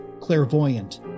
clairvoyant